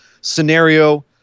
scenario